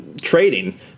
trading